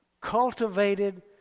cultivated